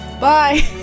Bye